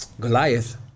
Goliath